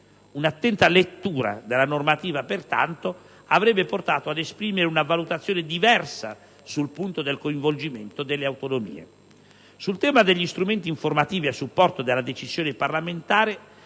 Un'attenta lettura della normativa pertanto avrebbe portato ad esprimere una valutazione diversa sul punto del coinvolgimento delle autonomie. Sul tema degli strumenti informativi a supporto della decisione parlamentare